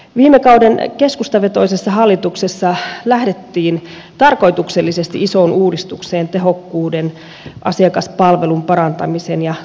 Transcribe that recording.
viime kauden keskustavetoisessa hallituksessa lähdettiin tarkoituksellisesti isoon uudistukseen tehokkuuden asiakaspalvelun parantamisen ja tuottavuuden nimissä